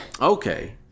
Okay